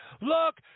look